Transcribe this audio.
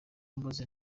mbaze